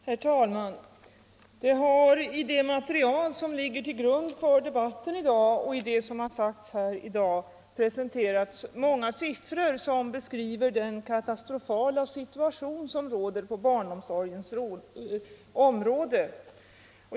Herr talman! Både i det material som ligger till grund för debatten i dag och under själva debatten har det presenterats många siffror som beskriver den katastrofala situation som råder på barnomsorgens område.